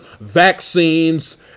vaccines